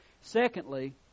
Secondly